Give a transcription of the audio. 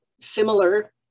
similar